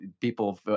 people